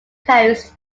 coast